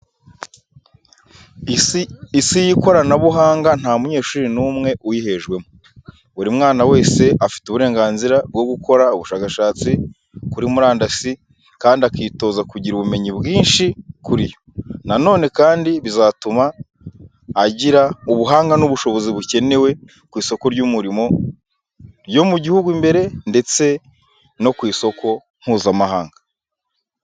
Isi y'ikoranabuhanga nta munyeshuri n'umwe uyihejwemo. Buri mwana wese afite uburenganzira bwo gukora ubushakashatsi kuri murandasi kandi akitoza kugira ubumenyi bwinshi kuri yo. Nanone kandi bizatuma agira ubuhanga n'ubushobozi bukenewe ku isoko ry'umurimo ryo mu gihugu imbere ndetse no ku isoko mpuzamahanga.